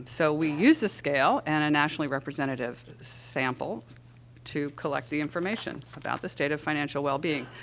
so we used the scale and a nationally representative sample to collect the information about the state of financial wellbeing.